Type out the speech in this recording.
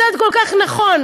מצעד כל כך נכון,